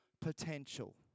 potential